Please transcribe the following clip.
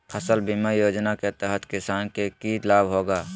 फसल बीमा योजना के तहत किसान के की लाभ होगा?